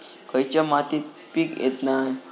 खयच्या मातीत पीक येत नाय?